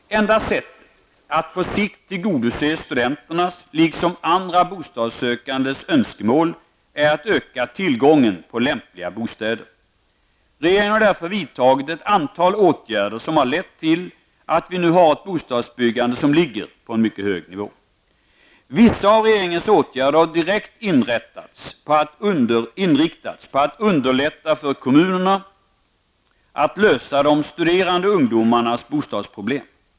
Det enda sättet att på sikt tillgodose studenternas liksom andra bostadssökandes önskemål är att öka tillgången på lämpliga bostäder. Regeringen har därför vidtagit ett antal åtgärder som har lett till att vi nu har ett bostadsbyggande som ligger på en mycket hög nivå. Vissa av regeringens åtgärder har direkt inriktats på att underlätta för kommunerna att lösa de studerande ungdomarnas bostadsproblem.